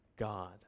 God